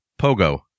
Pogo